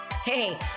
Hey